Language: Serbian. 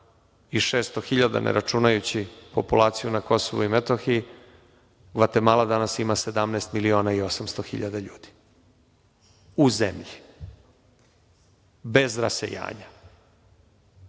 6.600.000 ne računajući populaciju na Kosovu i Metohiji, Gvatemala danas ima 17.800.000 ljudi u zemlji, bez rasejanja.